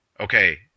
okay